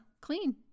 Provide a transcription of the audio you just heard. clean